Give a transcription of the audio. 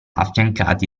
affiancati